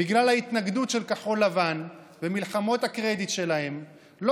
בגלל ההתנגדות של כחול לבן ומלחמות הקרדיט שלהם לא